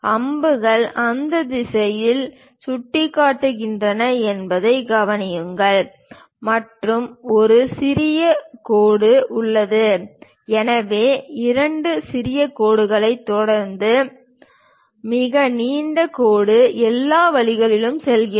அம்புகள் அந்த திசையில் சுட்டிக்காட்டுகின்றன என்பதைக் கவனியுங்கள் மற்றும் ஒரு சிறிய கோடு கோடுகள் உள்ளன எனவே இரண்டு சிறிய கோடுகளைத் தொடர்ந்து மிக நீண்ட கோடு எல்லா வழிகளிலும் செல்கிறது